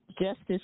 Justice